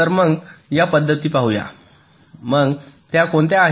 तर मग या पद्धती पाहू या मग त्या कोणत्या आहेत